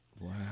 Wow